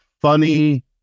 funny